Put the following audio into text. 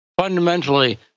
fundamentally